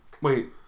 Wait